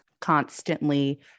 constantly